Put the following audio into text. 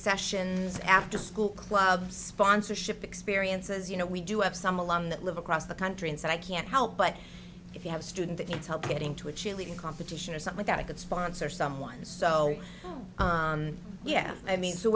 sessions after school clubs sponsorship experiences you know we do have some alum that live across the country and i can't help but if you have student that it's help getting to a cheerleading competition or something that i could sponsor someone so yeah i mean so